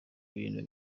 bintu